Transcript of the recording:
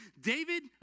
David